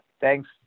thanks